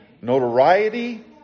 notoriety